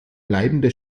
bleibende